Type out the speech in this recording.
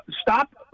stop